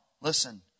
listen